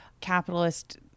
capitalist